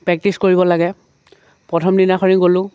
practice কৰিব লাগে প্ৰথম দিনাখনি গ'লোঁ